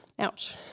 Ouch